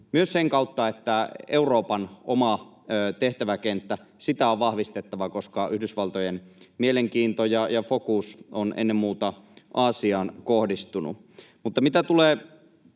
myös sen kautta. Euroopan omaa tehtäväkenttää on vahvistettava, koska Yhdysvaltojen mielenkiinto ja fokus on ennen muuta Aasiaan kohdistunut. Mutta mitä tulee